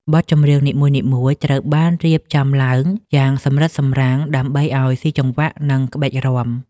បទចម្រៀងនីមួយៗត្រូវបានរៀបចំឡើងយ៉ាងសម្រិតសម្រាំង ដើម្បីឱ្យស៊ីចង្វាក់នឹងក្បាច់រាំ។